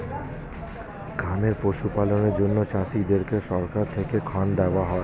খামারে পশু পালনের জন্য চাষীদেরকে সরকার থেকে ঋণ দেওয়া হয়